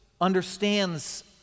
understands